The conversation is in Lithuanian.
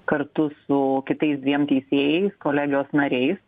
kartu su kitais dviem teisėjais kolegijos nariais